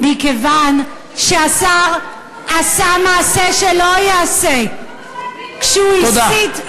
מכיוון שהשר עשה מעשה שלא ייעשה כשהוא הסית, תודה.